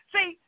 See